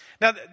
Now